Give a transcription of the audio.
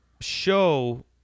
show